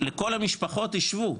לכל המשפחות השוו,